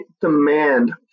demand